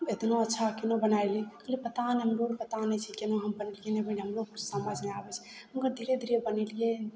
एतना अच्छा केना बनाय लेलियै पता नहि हमरो पता नहि छिकै केना हम बनेलियै नहि बनेलहुँ किछु समझ नहि आबय छै मगर धीरे धीरे बनेलियै